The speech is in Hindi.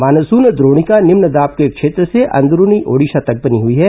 मानसून द्रोणिका निम्न दाब के क्षेत्र से अंदरूनी ओडिशा तक बनी हई है